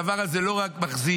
הדבר הזה לא רק מחזיק,